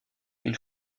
une